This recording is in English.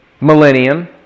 millennium